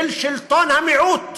של שלטון המיעוט.